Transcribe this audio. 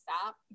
stop